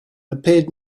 appeared